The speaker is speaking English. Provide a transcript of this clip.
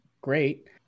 great